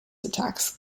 attacks